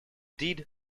deed